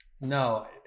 No